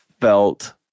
felt